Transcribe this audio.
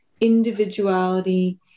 individuality